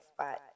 spot